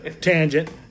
tangent